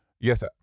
Yes